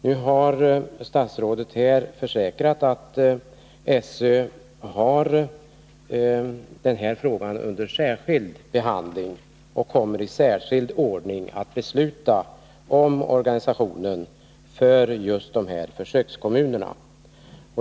Nu har statsrådet här försäkrat att SÖ har denna fråga under särskild behandling och i särskild ordning kommer att besluta om organisationen för just dessa försökskommuner.